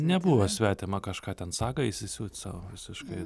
nebuvo svetima kažką ten sagą įsisiūt sau visiškai